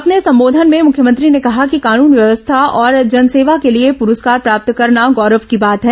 अपने संबोधन में मुख्यमंत्री ने कहा कि कानून व्यवस्था और जनसेवा के लिए पुरस्कार प्राप्त करना गौरव की बात है